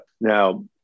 Now